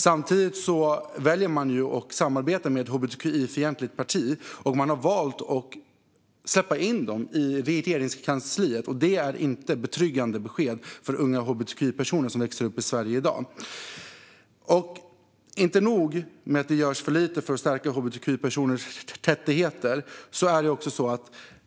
Samtidigt väljer man att samarbeta med ett hbtqi-fientligt parti, och man har valt att släppa in det i Regeringskansliet. Det är inte betryggande besked för unga hbtqi-personer som växer upp i Sverige i dag. Inte nog med att det görs för lite för att stärka hbtqi-personers rättigheter.